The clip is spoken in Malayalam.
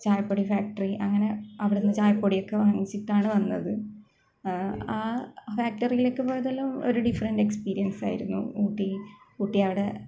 ചായപ്പൊടി ഫാക്ടറി അങ്ങനെ അവിടെനിന്ന് ചായപ്പൊടിയൊക്കെ വാങ്ങിച്ചിട്ടാണ് വന്നത് ആ ഫാക്ടറിയിലൊക്കെ പോയതെല്ലാം ഒരു ഡിഫറന്റ് എക്സ്പീരിയന്സ് ആയിരുന്നു ഊട്ടി ഊട്ടി അവിടെ